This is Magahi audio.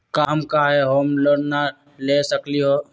हम काहे होम लोन न ले सकली ह?